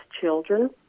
children